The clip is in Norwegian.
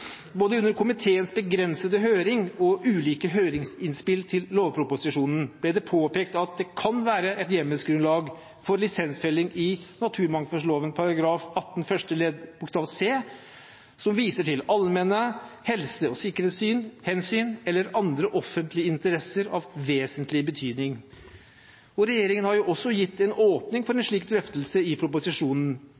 Både under komiteens begrensede høring og ulike høringsinnspill til lovproposisjonen ble det påpekt at det kan være et hjemmelsgrunnlag for lisensfelling i naturmangfoldloven § 18 første ledd bokstav c, som viser til allmenne helse- og sikkerhetshensyn eller andre offentlige interesser av vesentlig betydning. Regjeringen har også gitt åpning for en